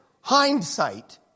hindsight